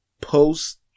post